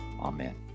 Amen